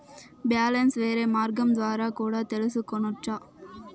Balance వేరే మార్గం ద్వారా కూడా తెలుసుకొనొచ్చా?